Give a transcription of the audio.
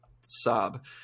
sob